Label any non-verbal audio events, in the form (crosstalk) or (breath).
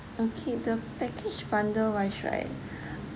okay the package bundle wise right (breath)